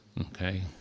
okay